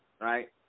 right